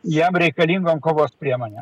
jam reikalingom kovos priemonėm